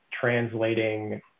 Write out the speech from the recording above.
translating